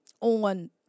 on